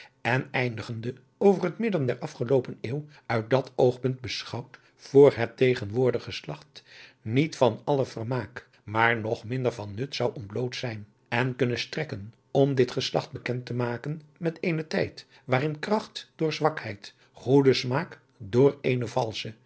en eindigende over het midden der afgeloopen eeuw uit dat oogpunt beschouwd voor het tegenwoordig geslacht niet van allen vermaak adriaan loosjes pzn het leven van johannes wouter blommesteyn maar nog minder van nut zou ontbloot zijn en kunnen strekken om dit geslacht bekend te maken met eenen tijd waarin kracht door zwakheid goede smaak door